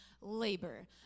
labor